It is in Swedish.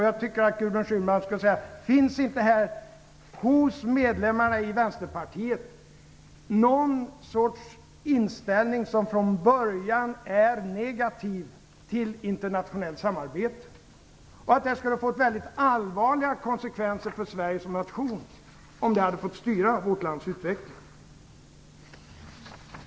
Jag tycker att Gudrun Schyman skall säga att finns inte hos medlemmarna i Vänsterpartiet någon sorts inställning som från början är negativ till internationellt samarbete, och att skulle inte det ha fått väldigt allvarliga konsekvenser för Sverige som nation om det hade fått styra vårt lands utveckling?